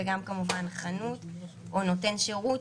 וגם כמובן חנות או נותן שירות,